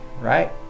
Right